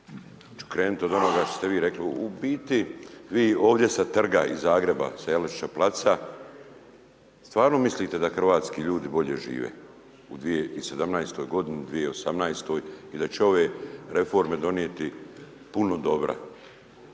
ću krenuti od onoga što ste vi rekli. U biti vi ovdje sa trga iz Zagreba, sa Jelačićevog placa, stvarno mislite da hrvatski ljudi bolje žive, u 2017., 2018. i da će ove reforme donijeti puno dobra.